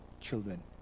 children